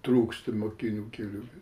trūksta mokinių kelių